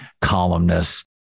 columnists